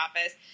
office